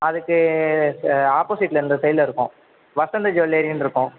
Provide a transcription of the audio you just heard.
அதுக்கு ஆப்போஸிட்டில் இந்த சைடில் இருக்கும் வசந்த் ஜுவல்லரினிருக்கும்